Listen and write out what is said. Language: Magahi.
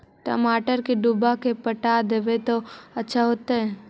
टमाटर के डुबा के पटा देबै त अच्छा होतई?